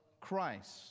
Christ